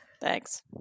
Thanks